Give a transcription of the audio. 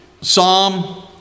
Psalm